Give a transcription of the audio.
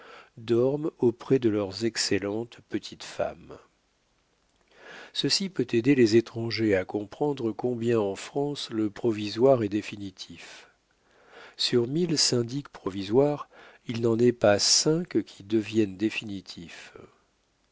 dorment auprès de leurs excellentes petites femmes ceci peut aider les étrangers à comprendre combien en france le provisoire est définitif sur mille syndics provisoires il n'en est pas cinq qui deviennent définitifs